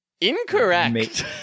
Incorrect